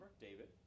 David